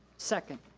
second.